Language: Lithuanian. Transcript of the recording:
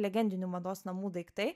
legendinių mados namų daiktai